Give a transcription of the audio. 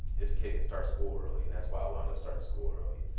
this kid can start school early. and that's why i wound up starting school early.